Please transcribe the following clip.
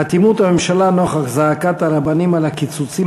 אטימות הממשלה נוכח זעקת הרבנים על הקיצוצים